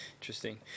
Interesting